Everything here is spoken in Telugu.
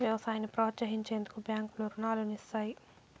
వ్యవసాయాన్ని ప్రోత్సహించేందుకు బ్యాంకులు రుణాలను ఇస్తాయి